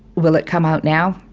will it come out now?